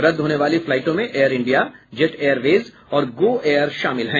रद्द होने वाली फ्लाईटों में एयर इंडिया जेट एयरवेज और गो एयर शामिल हैं